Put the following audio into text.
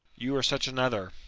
you are such another!